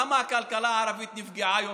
למה הכלכלה בחברה הערבית נפגעה יותר?